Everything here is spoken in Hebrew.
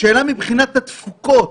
השאלה מבחינת התפוקות,